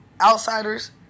outsiders